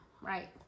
right